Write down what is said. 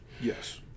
Yes